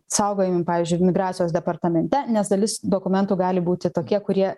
saugojami pavyzdžiui migracijos departamente nes dalis dokumentų gali būti tokie kurie